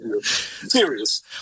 Serious